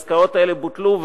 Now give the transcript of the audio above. העסקאות האלה בוטלו,